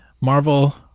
Marvel